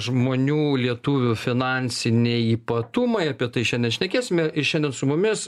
žmonių lietuvių finansiniai ypatumai apie tai šiandien šnekėsime ir šiandien su mumis